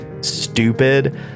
stupid